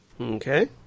Okay